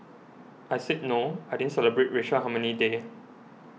I said no I didn't celebrate racial harmony day